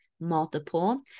multiple